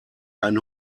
einen